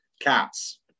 cats